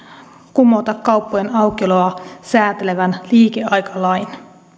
kumota kauppojen aukioloa säätelevän liikeaikalain